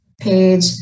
page